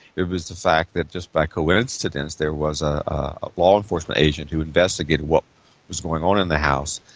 it was the fact that just by coincidence there was a law enforcement agent who investigated what was going on in the house.